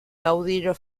caudillo